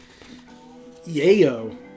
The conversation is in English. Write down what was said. yayo